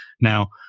Now